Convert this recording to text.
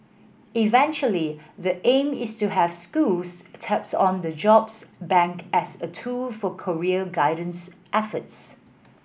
eventually the aim is to have schools taps on the jobs bank as a tool for career guidance efforts